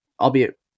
albeit